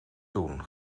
doen